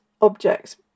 objects